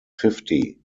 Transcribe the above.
fifty